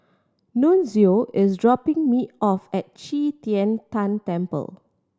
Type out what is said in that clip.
Nunzio is dropping me off at Qi Tian Tan Temple